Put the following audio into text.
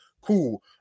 cool